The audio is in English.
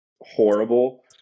horrible